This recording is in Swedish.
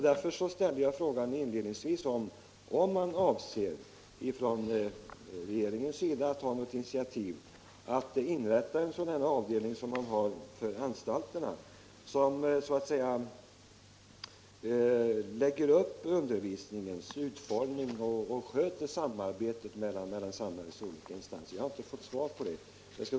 Därför ställde jag frågan inledningsvis, om regeringen avser att ta något initiativ till att inom kriminalvårdsstyrelsen inrätta en sådan avdelning som redan finns för anstalterna och där man så att säga lägger upp undervisningens utformning och sköter samarbetet mellan samhällets olika instanser. Jag har inte fått något svar på den frågan.